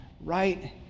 Right